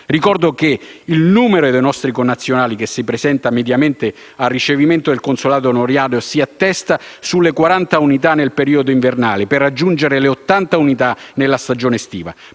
Ricordo che il numero dei nostri connazionali che si presentano mediamente al ricevimento del consolato onorario si attesta sulle 40 unità nel periodo invernale, per raggiungere le 80 unità nella stagione estiva.